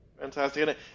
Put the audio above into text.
fantastic